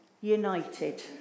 united